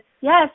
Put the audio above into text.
yes